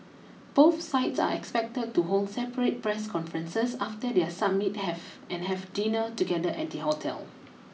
both sides are expected to hold separate press conferences after their summit have and have dinner together at the hotel